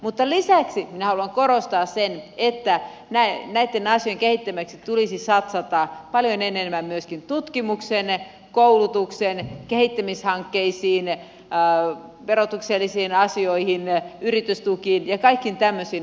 mutta lisäksi minä haluan korostaa sitä että näitten asioitten kehittämiseksi tulisi satsata paljon enemmän myöskin tutkimukseen koulutukseen kehittämishankkeisiin verotuksellisiin asioihin yritystukiin ja kaikkiin tämmöisiin asioihin